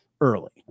early